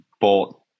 bought